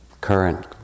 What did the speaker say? current